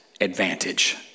advantage